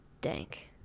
dank